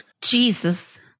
Jesus